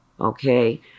okay